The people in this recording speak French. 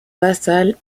vassal